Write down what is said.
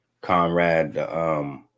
Conrad